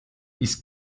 ist